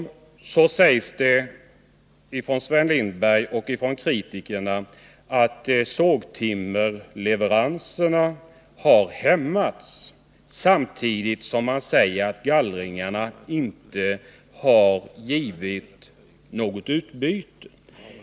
Dessutom sägs det ifrån Sven Lindbergs och kritikernas sida att sågtimmerleveranserna har hämmats. Samtidigt säger de att gallringarna inte har gett något utbyte.